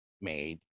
made